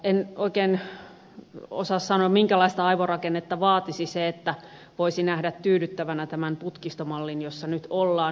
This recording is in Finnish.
en oikein osaa sanoa minkälaista aivorakennetta vaatisi se että voisi nähdä tyydyttävänä tämän putkistomallin jossa nyt ollaan